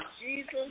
Jesus